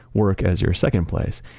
work as your second place.